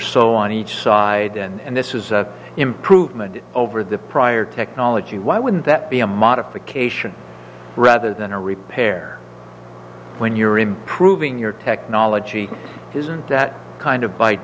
so on each side and this is an improvement over the prior technology why wouldn't that be a modification rather than a repair when you're improving your technology isn't that kind of by